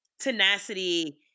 Tenacity